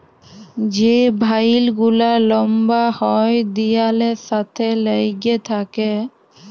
যে ভাইল গুলা লম্বা হ্যয় দিয়ালের সাথে ল্যাইগে থ্যাকে